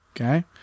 Okay